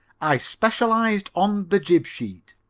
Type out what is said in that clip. i specialized on the jib-sheet.